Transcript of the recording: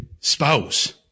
spouse